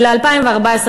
ול-2014,